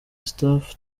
staff